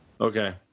Okay